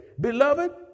Beloved